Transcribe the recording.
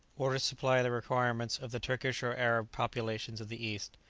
or to supply the requirements of the turkish or arab populations of the east.